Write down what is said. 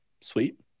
Sweet